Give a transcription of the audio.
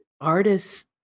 artists